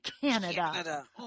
Canada